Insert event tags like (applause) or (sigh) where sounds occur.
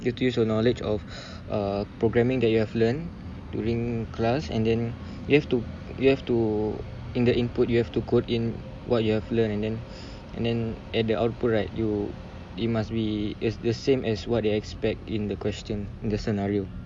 you have to use your knowledge of (breath) err programming that you have learnt during class and then you have to you have to in the input you have to quote in what you've learnt and then at the output right you it must be the the same as what they expect in the question in the scenario